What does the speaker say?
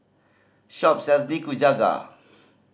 shop sells Nikujaga